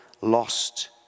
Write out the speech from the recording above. lost